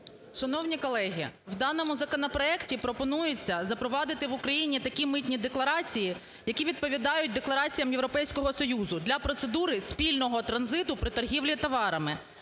Шановні колеги, в даному законопроекті пропонується запровадити в Україні такі митні декларації, які відповідають деклараціям Європейського Союзу, для процедури спільного транзиту при торгівлі товарами